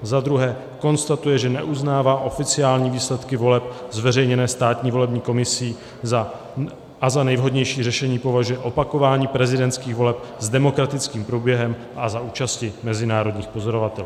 II. konstatuje, že neuznává oficiální výsledky voleb zveřejněné státní volební komisí a za nejvhodnější řešení považuje opakování prezidentských voleb s demokratickým průběhem a za účasti mezinárodních pozorovatelů;